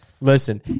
Listen